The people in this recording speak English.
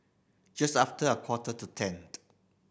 just after a quarter to ten